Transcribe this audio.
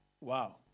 Wow